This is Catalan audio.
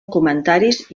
comentaris